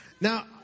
Now